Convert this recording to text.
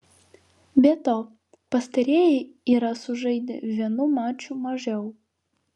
be to pastarieji yra sužaidę vienu maču mažiau